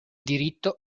diritto